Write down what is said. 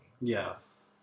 Yes